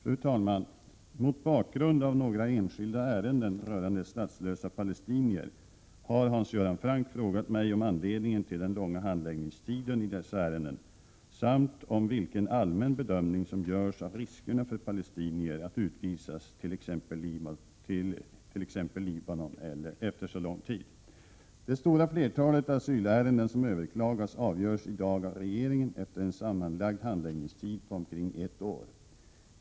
Fru talman! Mot bakgrund av några enskilda ärenden rörande statslösa palestinier har Hans Göran Franck frågat mig om anledningen till den långa handläggningstiden i dessa ärenden samt om vilken allmän bedömning som görs av riskerna för palestinier att utvisas till exempelvis Libanon efter så lång tid. Det stora flertalet asylärenden som överklagas avgörs i dag av regeringen efter en sammanlagd handläggningstid på omkring ett år.